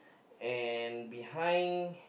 and behind